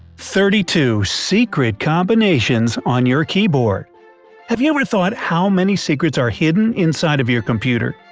thirty two secret combinations on your keyboard have you ever thought how many secrets are hidden inside of your computer?